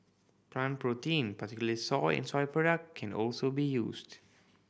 plant protein particularly soy and soy product can also be used